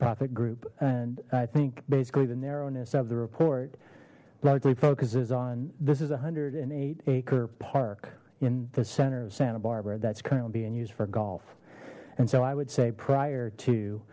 profit group and i think basically the narrowness of the report largely focuses on this is a hundred and eight acre park in the center of santa barbara that's currently being used for golf and so i would say prior to